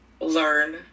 learn